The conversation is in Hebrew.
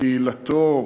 קהילתו,